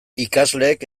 ikasleek